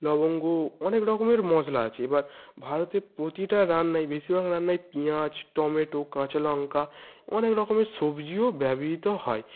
লবঙ্গ অনেক রকমের মশলা আছে এবার ভারতের প্রতিটা রান্নায় বেশিরভাগ রান্নায় পেঁয়াজ টমেটো কাঁচালঙ্কা অনেক রকমের সবজিও ব্যবহৃত হয়